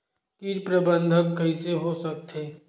कीट प्रबंधन कइसे हो सकथे?